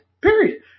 Period